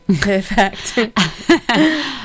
perfect